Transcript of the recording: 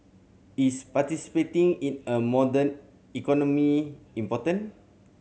is participating in a modern economy important